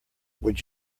would